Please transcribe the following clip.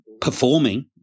performing